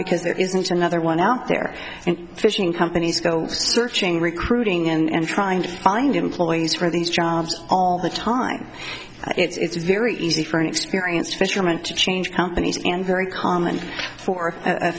because there isn't another one out there and fishing companies go searching recruiting and trying to find employees for these jobs all the time it's very easy for an experienced fisherman to change companies and very common for a